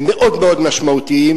מאוד מאוד משמעותיים,